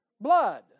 blood